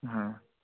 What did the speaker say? হ্যাঁ